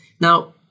Now